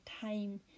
time